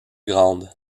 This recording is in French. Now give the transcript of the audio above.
grande